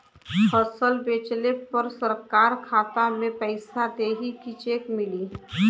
फसल बेंचले पर सरकार खाता में पैसा देही की चेक मिली?